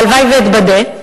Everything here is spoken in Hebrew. והלוואי שאתבדה,